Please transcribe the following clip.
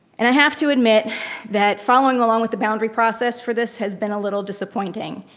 and i have to admit that following along with the boundary process for this has been a little disappointing.